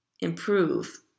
improve